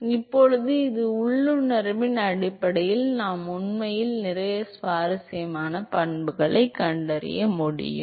எனவே இப்போது இந்த உள்ளுணர்வின் அடிப்படையில் நாம் உண்மையில் நிறைய சுவாரஸ்யமான பண்புகளைக் கண்டறிய முடியும்